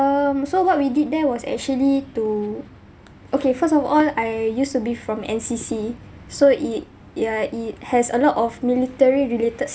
um so what we did there was actually to okay first of all I used to be from N_C_C so it yeah it has a lot of military related